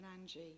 Angie